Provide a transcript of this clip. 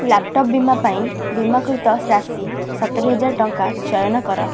laptop ବୀମା ପାଇଁ ବୀମାକୃତ ରାଶି ସତୁରୀହଜାର ଟଙ୍କା ଚୟନ କର